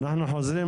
אנחנו חוזרים